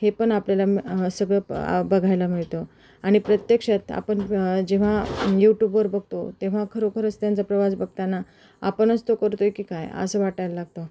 हे पण आपल्याला सगळं बघायला मिळतं आणि प्रत्यक्षात आपण जेव्हा यूट्यूबवर बघतो तेव्हा खरोखरच त्यांचा प्रवास बघताना आपणच तो करत आहे की काय असं वाटायला लागतं